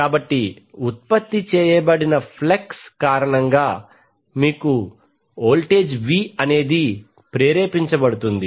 కాబట్టి ఉత్పత్తి చేయబడిన ఫ్లక్స్ కారణంగా మీకు వోల్టేజ్ v ప్రేరేపించబడుతుంది